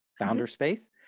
founderspace